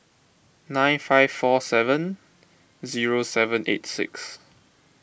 nine five four seven zero seven eight six